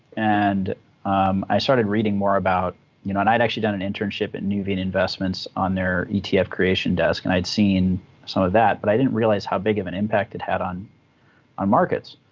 and um i started reading more about you know i'd actually done an internship at nuveen investments on their etf creation desk, and i'd seen some of that, but i didn't realize how big of an impact it had on on markets.